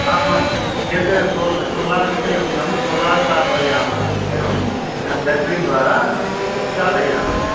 आम् आं यत् सोल् सोलार् विषये उक्तं सोलार् स्थापयामः एवं ब्याटरि द्वारा चालयामः